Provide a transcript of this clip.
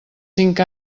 cinc